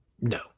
no